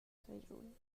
grischun